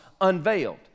unveiled